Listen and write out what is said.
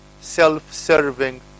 self-serving